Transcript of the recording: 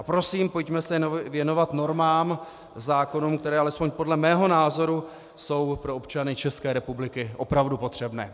Prosím, pojďme se věnovat normám a zákonům, které alespoň podle mého názoru jsou pro občany České republiky opravdu potřebné.